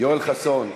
יואל חסון,